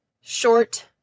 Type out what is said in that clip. short